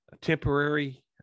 temporary